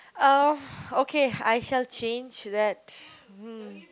uh okay I shall change that mm